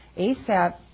ASAP